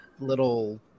little